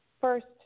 first